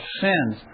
sins